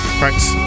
Thanks